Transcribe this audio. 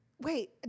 Wait